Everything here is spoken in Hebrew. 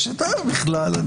אבל יש שתי הערות יותר משמעותיות.